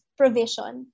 provision